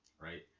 right